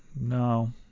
No